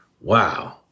Wow